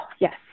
Yes